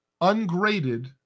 ungraded